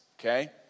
okay